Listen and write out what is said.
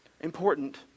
Important